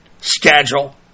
schedule